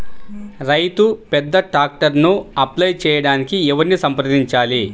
రైతు పెద్ద ట్రాక్టర్కు అప్లై చేయడానికి ఎవరిని సంప్రదించాలి?